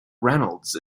reynolds